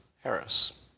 Harris